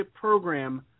program